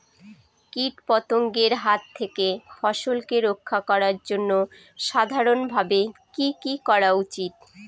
কীটপতঙ্গের হাত থেকে ফসলকে রক্ষা করার জন্য সাধারণভাবে কি কি করা উচিৎ?